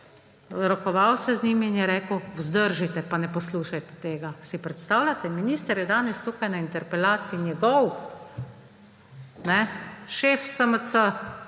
Rokoval se je z njim in je rekel: »Vzdržite pa ne poslušajte tega.« Si predstavljate? Minister je danes tukaj na interpelaciji, njegov šef SMC